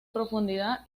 profundidad